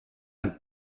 een